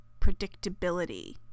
predictability